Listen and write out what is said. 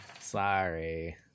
Sorry